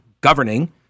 governing